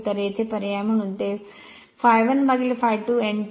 तर येथे पर्याय म्हणून ते ∅1 ∅2 n2